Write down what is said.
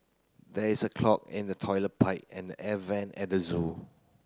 there is a clog in the toilet pipe and the air vent at the zoo